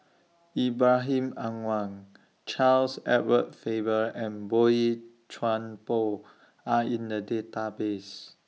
Ibrahim Awang Charles Edward Faber and Boey Chuan Poh Are in The Database